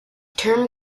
term